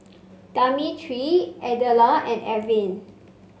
Demetri Edla and Elvin